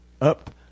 up